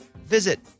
visit